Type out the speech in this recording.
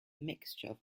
mixture